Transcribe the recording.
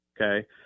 Okay